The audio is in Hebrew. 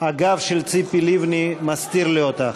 הגב של ציפי לבני מסתיר לי אותך.